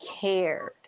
cared